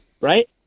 right